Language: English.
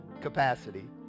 capacity